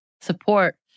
support